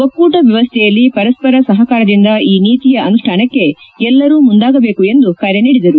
ಒಕ್ಕೂಟ ವ್ಯವಸ್ಥೆಯಲ್ಲಿ ಪರಸ್ಪರ ಸಹಕಾರದಿಂದ ಈ ನೀತಿಯ ಅನುಷ್ಠಾನಕ್ಕೆ ಎಲ್ಲರೂ ಮುಂದಾಗಬೇಕು ಎಂದು ಕರೆ ನೀಡಿದರು